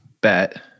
bet